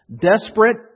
desperate